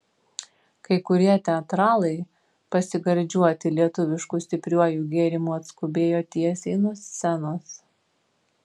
kai kurie teatralai pasigardžiuoti lietuvišku stipriuoju gėrimu atskubėjo tiesiai nuo scenos